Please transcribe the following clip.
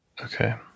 Okay